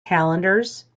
calendars